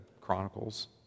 Chronicles